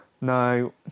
no